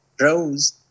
rose